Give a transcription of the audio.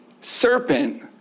serpent